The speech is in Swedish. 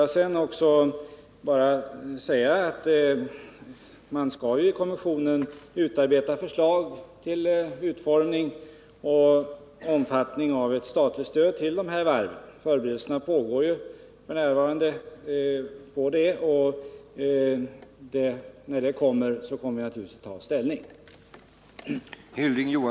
Jag vill därutöver bara säga att kommissionen ju skall utarbeta förslag till utformning och omfattning av ett statligt stöd till de berörda varven. Förberedelserna härför pågår f. n., och när kommissionens förslag föreligger kommer vi naturligtvis att ta ställning till det.